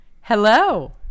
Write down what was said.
Hello